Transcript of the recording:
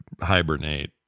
hibernate